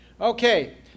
Okay